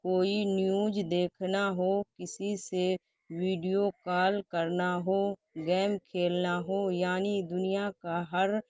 کوئی نیوز دیکھنا ہو کسی سے ویڈیو کال کرنا ہو گیم کھیلنا ہو یعنی دنیا کا ہر